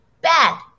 bad